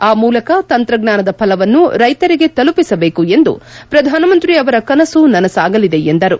ಆ ಮೂಲಕ ತಂತ್ರಜ್ಞಾನದ ಫಲವನ್ನು ರೈತರಿಗೆ ತಲುಪಿಸಬೇಕು ಎಂದು ಪ್ರಧಾನಮಂತ್ರಿ ಅವರ ಕನಸು ನನಸಾಗಲಿದೆ ಎಂದರು